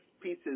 pieces